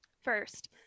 First